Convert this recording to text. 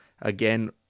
again